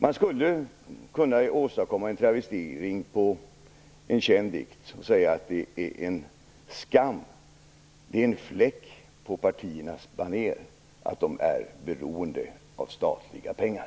Jag skulle kunna åstadkomma en travestering på en känd dikt som säger att det är skam, det är fläck på partiernas banér att de är beroende av statliga pengar.